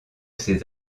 ses